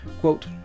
quote